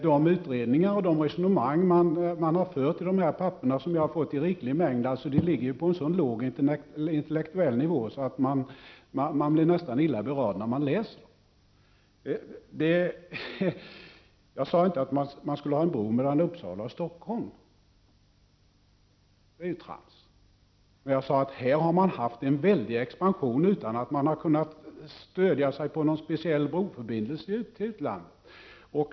De utredningar som gjorts och de resonemang man har fört i de papper som vi har fått i riklig mängd ligger på en så låg intellektuell nivå att man nästan blir illa berörd när man läser dem. Jag sade inte att man skulle ha en bro mellan Uppsala och Stockholm. Att påstå det är ju trams. Jag sade att här har man haft en väldig expansion utan att man har kunnat stödja sig på någon speciell broförbindelse till utlandet.